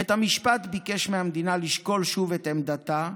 בית המשפט ביקש מהמדינה לשקול שוב את עמדתה,